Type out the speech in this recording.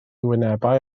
wynebau